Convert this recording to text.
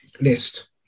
list